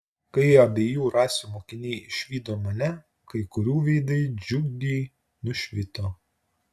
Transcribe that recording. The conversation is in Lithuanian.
kai abiejų rasių mokiniai išvydo mane kai kurių veidai džiugiai nušvito